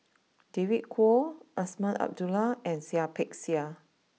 David Kwo Azman Abdullah and Seah Peck Seah